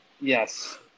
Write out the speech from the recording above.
Yes